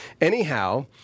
Anyhow